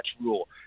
rule